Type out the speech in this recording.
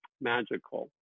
magical